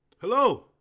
Hello